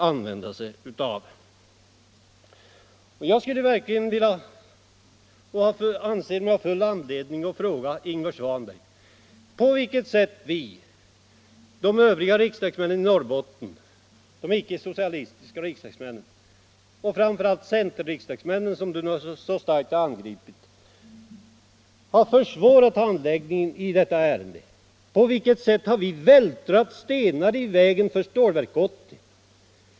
Jag anser mig ha full anledning att fråga Ingvar Svanberg, på vilket sätt vi icke socialistiska riksdagsmän från Norrbotten — framför allt centerriksdagsmännen, som han nu så starkt har angripit — försvårat handläggningen i detta ärende. På vilket sätt har vi vältrat stenar i vägen för Stålverk 80?